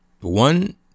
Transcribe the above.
one